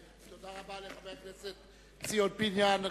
תודה רבה לחבר הכנסת ציון פיניאן.